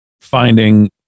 finding